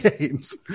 games